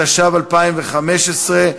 התשע"ו 2015,